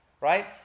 Right